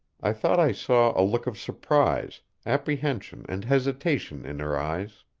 i thought i saw a look of surprise, apprehension and hesitation in her eyes.